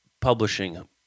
publishing